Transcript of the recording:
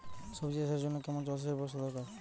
সবজি চাষের জন্য কেমন জলসেচের ব্যাবস্থা দরকার?